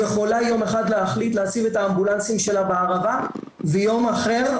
יכולה יום אחד להחליט לשים את האמבולנסים שלה בערבה ויום אחר,